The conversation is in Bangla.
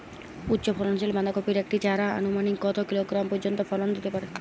উচ্চ ফলনশীল বাঁধাকপির একটি চারা আনুমানিক কত কিলোগ্রাম পর্যন্ত ফলন দিতে পারে?